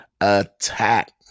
attack